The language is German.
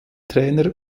trainer